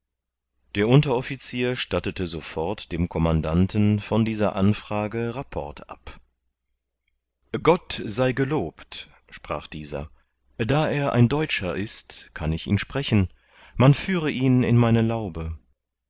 der unterofficier stattete sofort dem commandanten von dieser anfrage rapport ab gott sie gelobt sprach dieser da er ein deutscher ist kann ich ihn sprechen man führe ihn in meine laube